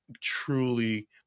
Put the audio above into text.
truly